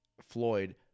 Floyd